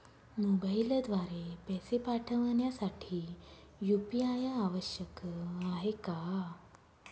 मोबाईलद्वारे पैसे पाठवण्यासाठी यू.पी.आय आवश्यक आहे का?